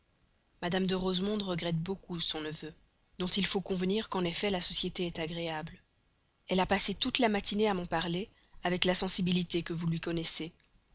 mme de rosemonde regrette beaucoup son neveu dont il faut convenir qu'en effet la société est agréable elle a passé toute la matinée à m'en parler avec la sensibilité que vous lui connaissez